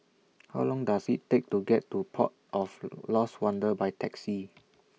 How Long Does IT Take to get to Port of Lost Wonder By Taxi